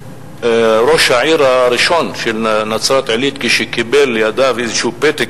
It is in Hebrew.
שראש העיר הראשון של נצרת-עילית קיבל לידיו איזשהו פתק,